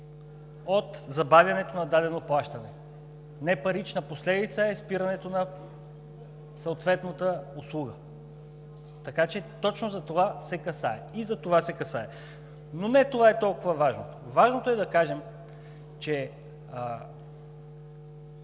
от забавянето на дадено плащане. Непарична последица е спирането на съответната услуга, така че точно за това се касае. И за това се касае! Но не това е толкова важно. Важното е да кажем, че